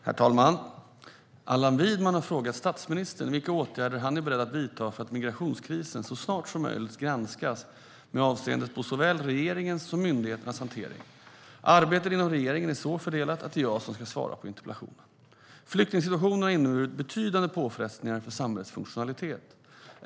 Herr talman! Allan Widman har frågat statsministern vilka åtgärder han är beredd att vidta för att migrationskrisen så snart som möjligt granskas med avseende på såväl regeringens som myndigheternas hantering. Arbetet inom regeringen är så fördelat att det är jag som ska svara på interpellationen. Flyktingsituationen har inneburit betydande påfrestningar för samhällets funktionalitet.